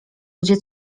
gdzie